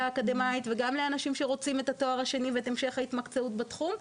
האקדמאית וגם לאנשים שרוצים את התואר השני ואת המשך ההתמקצעות בתחום.